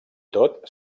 tot